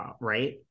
right